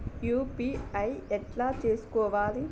UPI ఎట్లా చేసుకోవాలి?